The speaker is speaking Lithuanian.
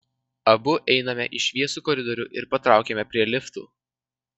abu einame į šviesų koridorių ir patraukiame prie liftų